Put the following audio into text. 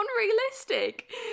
unrealistic